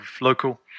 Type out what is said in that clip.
local